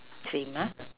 same ah